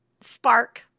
Spark